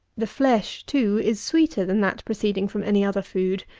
the flesh, too, is sweeter than that proceeding from any other food,